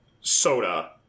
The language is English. soda